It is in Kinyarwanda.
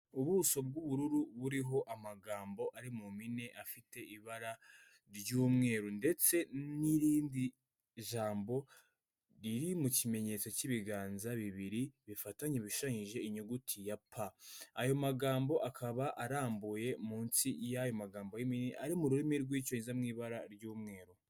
Ubuso bw'ubururu buriho amagambo ari mu mpine afite ibara ry'umweru ndetse n'irindi jambo riri mu kimenyetso cy'ibiganza bibiri bifatanye bishushanyije inyuguti ya p. Ayo magambo akaba arambuye munsi y'ayo magambo ari mu rurimi rw'icyongereza mu ibara ry'umweru.